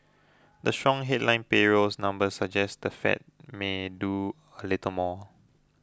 the strong headline payrolls numbers suggest the Fed may do a little more